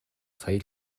сая